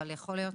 אבל יכול להיות.